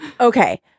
okay